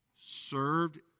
served